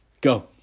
Go